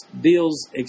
deals